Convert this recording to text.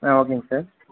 ஆ ஓகேங்க சார்